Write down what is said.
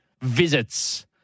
visits